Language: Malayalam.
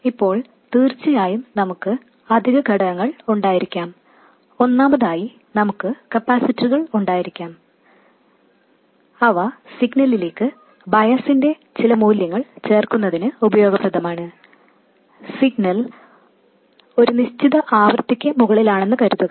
ഇപ്പോൾ തീർച്ചയായും നമുക്ക് അധിക ഘടകങ്ങൾ ഉണ്ടായിരിക്കാം ഒന്നാമതായി നമുക്ക് കപ്പാസിറ്ററുകൾ ഉണ്ടായിരിക്കാം അവ സിഗ്നലിലേക്ക് ബയാസിന്റെ ചില മൂല്യങ്ങൾ ചേർക്കുന്നതിന് ഉപയോഗപ്രദമാണ് സിഗ്നൽ ഒരു നിശ്ചിത ആവൃത്തിക്ക് മുകളിലാണെന്ന് കരുതുക